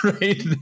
right